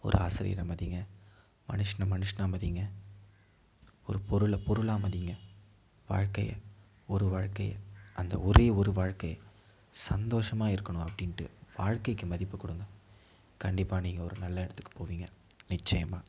ஒரு ஆசிரியரை மதிங்க மனுஷனை மனுஷனாக மதிங்க ஒரு பொருளை பொருளாக மதிங்க வாழ்க்கையை ஒரு வாழ்க்கையை அந்த ஒரே ஒரு வாழ்க்கையை சந்தோஷமா இருக்கணும் அப்படின்டு வாழ்க்கைக்கு மதிப்பு கொடுங்க கண்டிப்பாக நீங்கள் ஒரு நல்ல இடத்துக்கு போவிங்க நிச்சயமாக